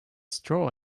straw